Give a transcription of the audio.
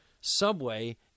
subway